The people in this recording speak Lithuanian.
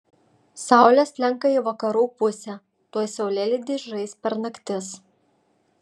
saulė slenka į vakarų pusę tuoj saulėlydis žais per naktis